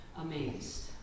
amazed